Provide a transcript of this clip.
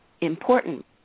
important